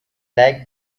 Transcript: like